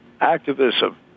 activism